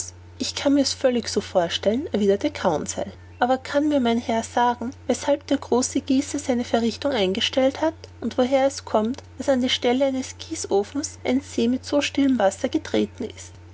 ich kann mir's völlig so vorstellen erwiderte conseil aber kann mir mein herr sagen weshalb der große gießer seine verrichtung eingestellt hat und woher es kommt daß an die stelle des gießofens ein see mit so stillem wasser getreten ist